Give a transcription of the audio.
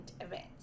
event